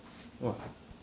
!wah!